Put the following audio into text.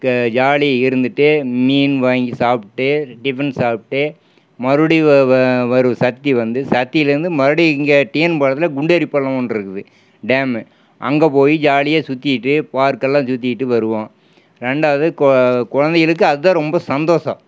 ஜாலியா இருந்துவிட்டு மீன் வாங்கி சாப்பிட்டு டிஃபன் சாப்பிட்டு மறுபடியும் வருவோம் சத்தி வந்து சத்தியிலேருந்து மறுபடி இங்கே டிஎன் பாளையத்தில் குண்டேரிப்பள்ளம்னு ஒன்றிருக்குது டேமு அங்க போய் ஜாலியாக சுத்திவிட்டு பார்க்கெல்லாம் சுத்திவிட்டு வருவோம் ரெண்டாவது குழந்தைங்களுக்கு அதான் ரொம்ப சந்தோஷம்